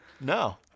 No